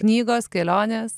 knygos kelionės